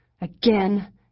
again